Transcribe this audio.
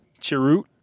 Chirut